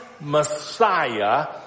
Messiah